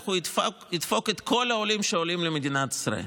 הוא ידפוק את כל העולים שעולים למדינת ישראל.